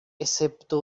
excepto